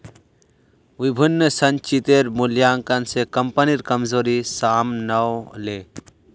विभिन्न संचितेर मूल्यांकन स कम्पनीर कमजोरी साम न व ले